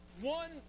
one